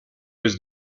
was